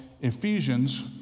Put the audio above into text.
Ephesians